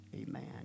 amen